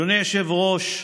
אדוני היושב-ראש,